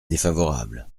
défavorable